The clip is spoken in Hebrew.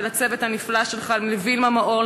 ולצוות הנפלא שלך: לווילמה מאור,